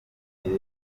itatu